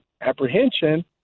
apprehension